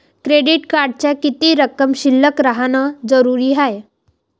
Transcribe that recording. Credit कार्डात किती रक्कम शिल्लक राहानं जरुरी हाय?